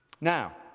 Now